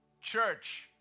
church